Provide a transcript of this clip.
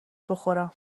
بخورم